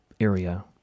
area